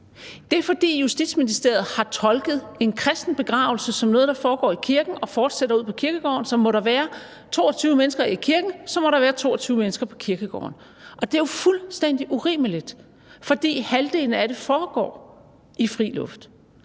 Det er, fordi Justitsministeriet har tolket en kristen begravelse som noget, der foregår i kirken og fortsætter ud på kirkegården. Så må der være 22 mennesker i kirken, må der være 22 mennesker på kirkegården, og det er jo fuldstændig urimeligt, fordi halvdelen af det foregår i fri luft.